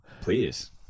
Please